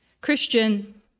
Christian